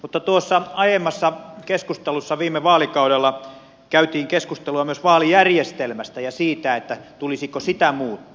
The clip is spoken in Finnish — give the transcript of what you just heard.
mutta tuossa aiemmassa keskustelussa viime vaalikaudella käytiin keskustelua myös vaalijärjestelmästä ja siitä tulisiko sitä muuttaa